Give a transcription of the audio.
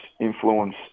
influence